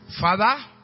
Father